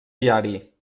diari